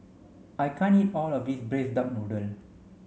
I can't eat all of this braised duck noodle